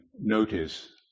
notice